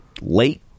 late